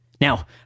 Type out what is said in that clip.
now